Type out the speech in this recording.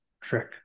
trick